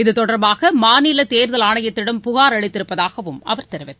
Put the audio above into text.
இதுதொடர்பாக மாநில தேர்தல் ஆணையத்திடம் புகார் அளித்திருப்பதாகவும் அவர் தெரிவித்தார்